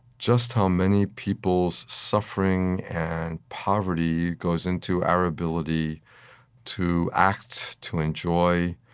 just how many people's suffering and poverty goes into our ability to act, to enjoy,